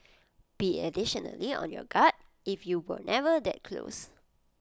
be additionally on your guard if you were never that close